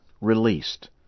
released